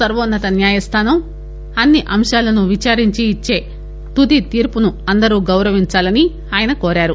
సర్వోన్నత న్యాయస్థానం అన్ని అంశాలను విచారించి ఇచ్చే తుది తీర్పును అందరు గౌరవించాలని ఆయన కోరారు